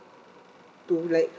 to like